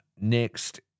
next